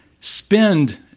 spend